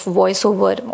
voiceover